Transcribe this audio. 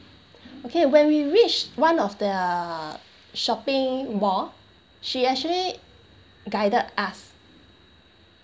okay when we reached one of the uh shopping mall she actually guided us